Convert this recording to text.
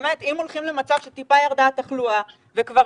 אם הולכים למצב שהתחלואה קצת ירדה וכבר